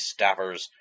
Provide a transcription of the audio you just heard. staffers